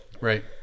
Right